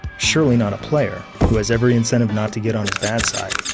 surely not a player, who has every incentive not to get on his bad side.